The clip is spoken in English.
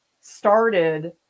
started